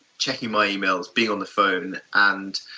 checking my emails, being on the phone and